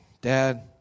Dad